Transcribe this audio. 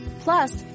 Plus